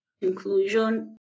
inclusion